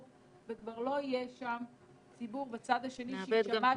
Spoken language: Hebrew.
וכבר לא יהיה ציבור בצד השני שיישמע,